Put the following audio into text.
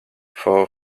for